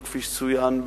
וכפי שצוין,